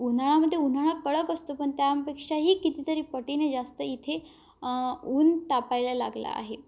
उन्हाळामध्ये उन्हाळा कडक असतो पण त्यापेक्षाही कितीतरी पटीने जास्त इथे ऊन तापायला लागला आहे